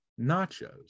nachos